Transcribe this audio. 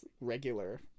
regular